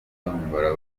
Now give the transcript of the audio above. tombola